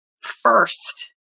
first